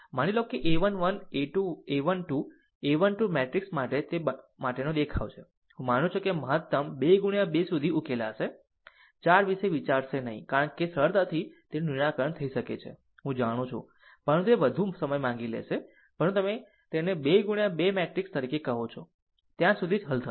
માની લો કે a 1 1 a 1 2 a 1 2 મેટ્રિક્સ માટે તે માટેનો દેખાવ છે હું માનું છું કે મહત્તમ 2 ગુણ્યા 2 સુધી ઉકેલાશે 4 વિશે વિચારશે નહીં કારણ કે સરળતાથી તેનું નિરાકરણ થઈ શકે છે હું જાણું છું પરંતુ તે વધુ સમય માંગી લેશે પરંતુ તમે તેને 2 ગુણ્યા 2 મેટ્રિક્સ તરીકે કહો છો ત્યાં સુધી જ હલ થશે